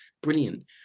Brilliant